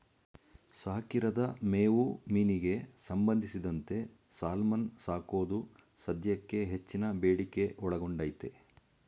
ಸಾಕಿರದ ಮೇವು ಮೀನಿಗೆ ಸಂಬಂಧಿಸಿದಂತೆ ಸಾಲ್ಮನ್ ಸಾಕೋದು ಸದ್ಯಕ್ಕೆ ಹೆಚ್ಚಿನ ಬೇಡಿಕೆ ಒಳಗೊಂಡೈತೆ